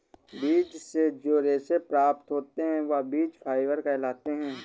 बीज से जो रेशे से प्राप्त होते हैं वह बीज फाइबर कहलाते हैं